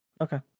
Okay